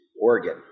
Oregon